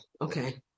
Okay